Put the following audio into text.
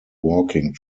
walking